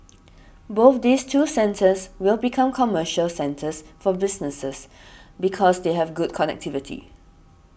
both these two centres will become commercial centres for businesses because they have good connectivity